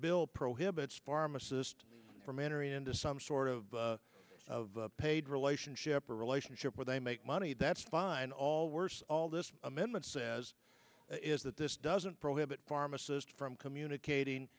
bill prohibits pharmacist from entering into some sort of of paid relationship or relationship where they make money that's fine all worse all this amendment says is that this doesn't prohibit pharmacist from communicating